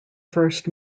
first